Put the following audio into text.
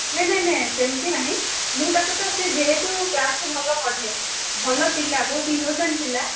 ନାଇଁ ନାଇଁ ନାଇଁ ସେମିତି ନାହିଁ ମୁଁ ତାକୁ ତ ସେ ଯେହେତୁ କ୍ଲାସ୍ରେ ଭଲ ପଢେ ଭଲ ପିଲା ବହୁତ ଇନୋସେଣ୍ଟ୍ ପିଲା